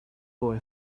boy